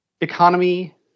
economy